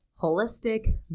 holistic